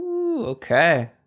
okay